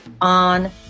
on